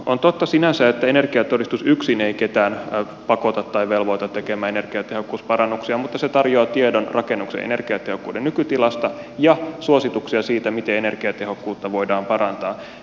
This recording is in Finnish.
on totta sinänsä että energiatodistus yksin ei ketään pakota tai velvoita tekemään energiatehokkuusparannuksia mutta se tarjoaa tiedon rakennuksen energiatehokkuuden nykytilasta ja suosituksia siitä miten energiatehokkuutta voidaan parantaa